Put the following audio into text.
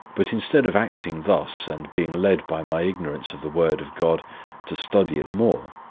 but instead of acting thus, and being led by my ignorance of the word of god to study it more,